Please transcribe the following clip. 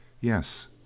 Yes